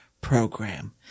program